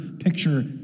picture